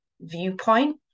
viewpoint